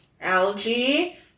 algae